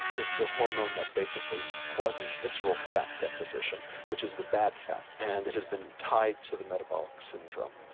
it's the hormone that basically causes visceral fat deposition which is the bad fat and it has been tied to the metabolic syndrome.